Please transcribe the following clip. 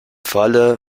falle